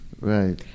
right